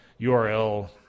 url